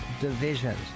divisions